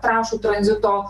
trąšų tranzito